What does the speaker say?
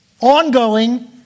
ongoing